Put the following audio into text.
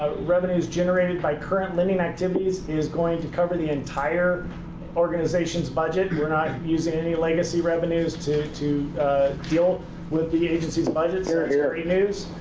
revenues generated by current lending activities is going to cover the entire organization's budget. we're not using any legacy revenues to to deal with the agency's budgetary issues.